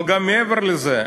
אבל גם מעבר לזה,